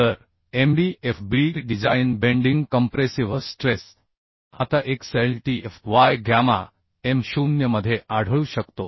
तर MD FBD design bending compressive stress आता xLtFy gamma M0 मध्ये आढळू शकतो